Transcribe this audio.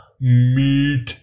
meat